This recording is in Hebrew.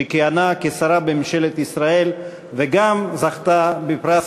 שכיהנה כשרה בממשלת ישראל וגם זכתה בפרס